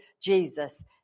Jesus